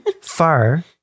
far